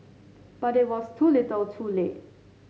but it was too little too late